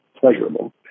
pleasurable